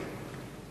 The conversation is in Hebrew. כן.